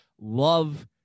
Love